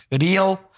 real